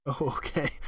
Okay